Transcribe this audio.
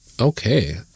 Okay